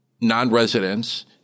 non-residents